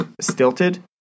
stilted